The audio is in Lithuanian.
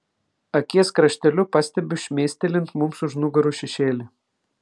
akies krašteliu pastebiu šmėstelint mums už nugarų šešėlį